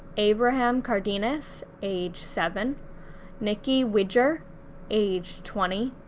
abraham cardenas age seven nikki widger age twenty,